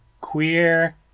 queer